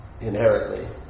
Inherently